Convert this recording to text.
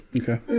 Okay